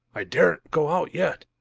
i daren't go out yet.